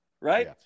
right